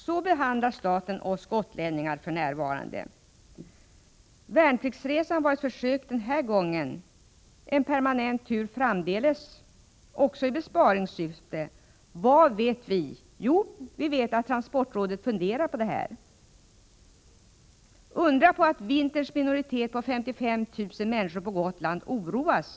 Så behandlar staten oss gotlänningar för närvarande. Värnpliktsresan var den här gången ett försök. En permanent tur framdeles, också i besparingssyfte? Vad vet vi? Jo, vi vet att transportrådet funderar på detta. Undra på att vinterns minoritet av 55 000 människor på — Nr 113 Gotland oroas.